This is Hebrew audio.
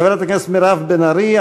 חברת הכנסת מירב בן ארי.